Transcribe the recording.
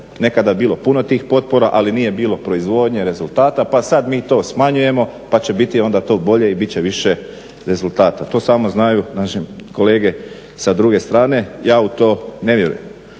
nekada bilo puno tih potpora ali nije bilo proizvodnje, rezultata pa sad mi to smanjujemo pa će biti onda to bolje i bit će više rezultata. To samo znaju naši kolege sa druge strane ja u to ne vjerujem.